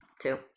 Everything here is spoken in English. two